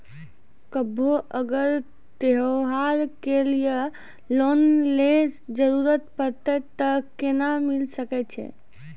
कभो अगर त्योहार के लिए लोन के जरूरत परतै तऽ केना मिल सकै छै?